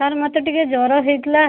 sir ମୋତେ ଟିକିଏ ଜର ହେଇଥିଲା